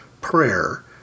prayer